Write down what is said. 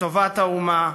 לטובת האומה,